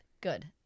good